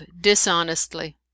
DISHONESTLY